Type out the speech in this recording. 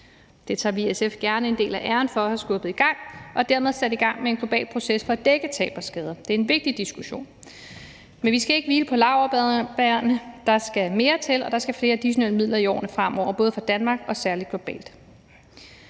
Det tager vi i SF gerne en del af æren for at have skubbet i gang. Dermed er der sat gang i en global proces med at dække tab og skader. Det er en vigtig diskussion. Men vi skal ikke hvile på laurbærrene. Der skal mere til, og der skal flere additionelle midler i årene fremover, både for Danmark og særlig globalt.